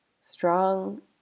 strong